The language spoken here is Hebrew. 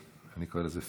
אני קורא לזה פורקש,